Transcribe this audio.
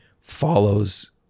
follows